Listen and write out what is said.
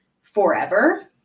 forever